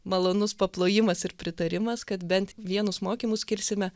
malonus paplojimas ir pritarimas kad bent vienus mokymus skirsime